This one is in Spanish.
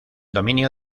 dominio